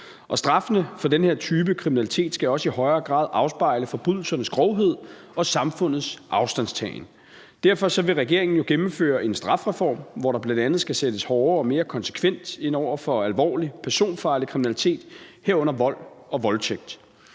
Straffene for denne type kriminalitet skal også i højere grad afspejle forbrydelsernes grovhed og samfundets afstandtagen. Derfor vil regeringen jo gennemføre en strafreform, hvor der bl.a. skal sættes hårdere og mere konsekvent ind over for alvorlig personfarlig kriminalitet, herunder vold og voldtægt.